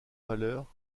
valeur